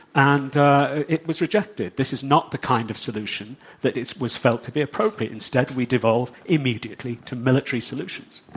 and it was rejected. this is not the kind of solution that is was felt to be appropriate. instead, we devolve immediately to military solutions.